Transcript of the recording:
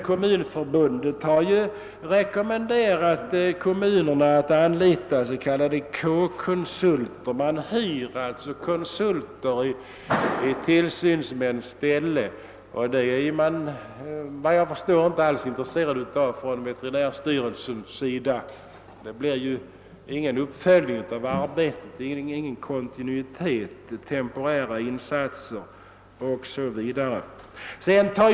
Kommunförbundet har rekommenderat kommunerna att anlita s.k. k-konsulter, dvs. hyra konsulter i tillsynsmäns ställe, men efter vad jag förstår är veterinärstyrelsen inte alls intresserad av detta. Det blir ingen uppföljning av arbetet, ingen kontinuitet utan endast temporära insatser.